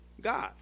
God